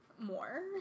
more